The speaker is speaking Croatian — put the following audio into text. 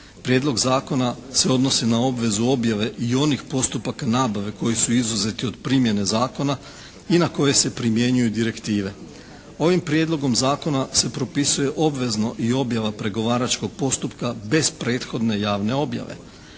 Prijedlog zakona se odnosi na obvezu objave i onih postupaka nabave koji su izuzeti od primjene zakona i na koje se primjenjuju direktive. Ovim prijedlogom zakona se propisuje obvezno i objava pregovaračkog postupka bez prethodne javne objave.